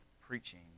preaching